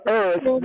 earth